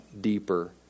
deeper